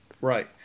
Right